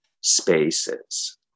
spaces